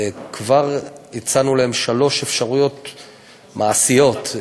כבר הצענו להם שלוש אפשרויות מעשיות,